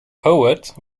poet